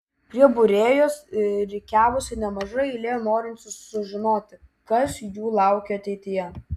prie būrėjos rikiavosi nemaža eilė norinčių sužinoti kas jų laukia ateityje